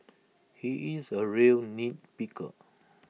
he is A real nitpicker